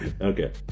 Okay